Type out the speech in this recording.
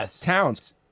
towns